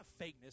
fakeness